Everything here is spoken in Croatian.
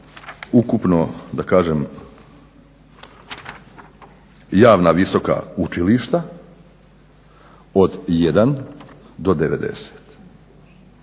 ukupno da kažem javna visoka učilišta od 1 do 90.